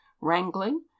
wrangling